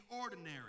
ordinary